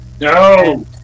No